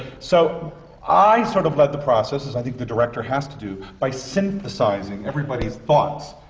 so i sort of led the process, as i think the director has to do, by synthesizing everybody's thoughts,